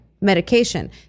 medication